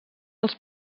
els